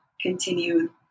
continue